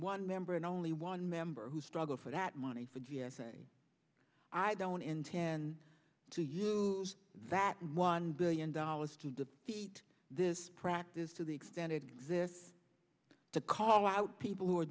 one member and only one member who struggle for that money for g s a i don't intend to use that one billion dollars to the heat this practice to the extended exists to call out people who are